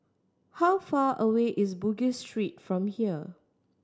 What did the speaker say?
how far away is Bugis Street from here